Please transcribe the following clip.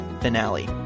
finale